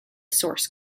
source